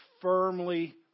firmly